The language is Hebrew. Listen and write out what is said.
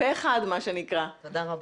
תודה רבה.